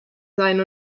sein